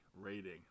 rating